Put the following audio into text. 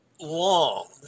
long